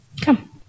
Come